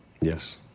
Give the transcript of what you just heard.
Yes